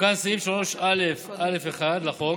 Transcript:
תוקן סעיף 3א(א)(1) לחוק